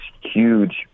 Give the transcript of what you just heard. huge